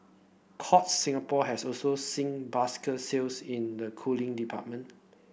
Courts Singapore has also seen sales in the cooling department